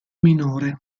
minore